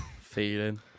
feeling